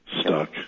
stuck